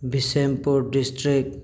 Bishnupur district